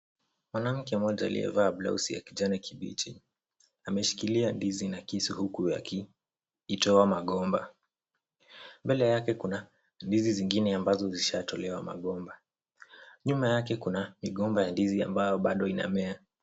Mwanamke mmoja aliyevaa blausi ya kijani kibichi. Ameshikilia ndizi na kisu huku akiitoa magomba. Mbele yake kuna ndizi zingine ambazo zishatolewa magomba. Nyuma yake kuna migomba ya ndizi ambayo bado inamea.